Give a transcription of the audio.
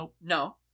No